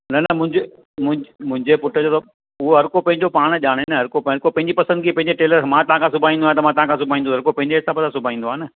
न न मुंहिंजे मुंहिंजे मुंहिंजे पुट जो उहो हर कोई पंहिंजो पाण जाणे न हर कोई पंहिंजी पसंदि जी पंहिंजे टेलर मां तव्हां खां सिबाईन्दो आहियां त मां तव्हां खां सिबाईंदुसि हर कोई पंहिंजे हिसाब सां सिबाईन्दो आहे न